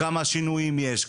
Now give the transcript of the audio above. כמה שינויים יש,